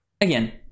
again